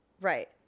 Right